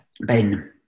Ben